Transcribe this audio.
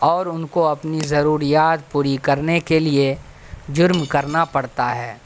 اور ان کو اپنی ضروریات پوری کرنے کے لیے جرم کرنا پڑتا ہے